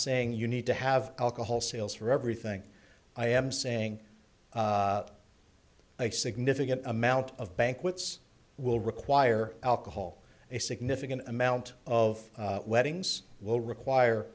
saying you need to have alcohol sales for everything i am saying a significant amount of banquets will require alcohol a significant amount of weddings will require